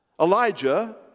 Elijah